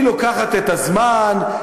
היא לוקחת את הזמן.